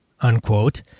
unquote